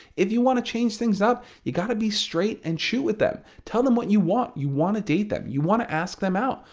if you want to change things up you gotta be straight and shoot with them. tell them what you want, you want to date them. you want to ask them out.